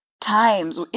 times